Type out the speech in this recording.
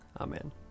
Amen